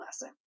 lesson